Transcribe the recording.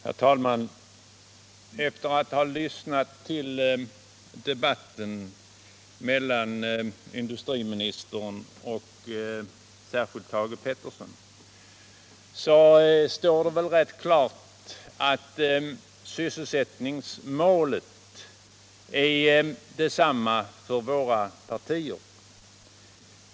Herr talman! Efter det att jag lyssnat till debatten mellan industriministern och särskilt Thage Peterson står det rätt klart för mig att sysselsättningsmålet är detsamma för våra partier.